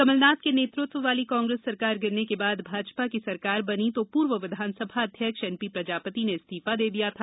कमलनाथ के नेतृत्व वाली कांग्रेस सरकार गिरने के बाद भाजपा की सरकार बनी तो पूर्व विधानसभा अध्यक्ष एनपी प्रजापति ने इस्तीफा दे दिया था